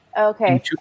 Okay